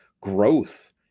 growth